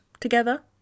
together